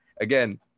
again